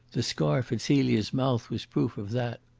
the scarf at celia's mouth was proof of that.